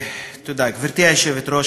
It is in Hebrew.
גברתי היושבת-ראש,